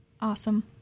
Awesome